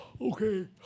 okay